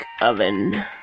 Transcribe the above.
Oven